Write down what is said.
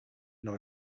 not